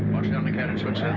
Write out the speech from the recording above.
watch the undercarriage switch,